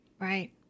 right